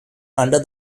under